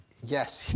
Yes